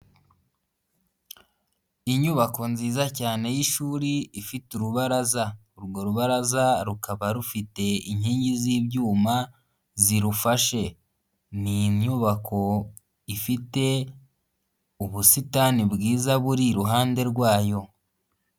Inyubako nziza cyane y'ishuri ifite urubaraza, urwo rubaraza rukaba rufite inkingi z'ibyuma zirufashe, ni inyubako ifite ubusitani bwiza buri iruhande rwayo.